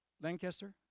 Lancaster